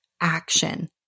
action